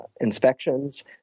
inspections